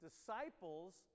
disciples